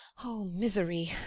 o misery!